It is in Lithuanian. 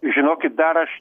žinokit dar aš